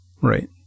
Right